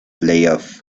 playoff